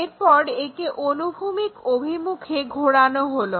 এরপর একে অনুভূমিক অভিমুখে ঘোরানো হলো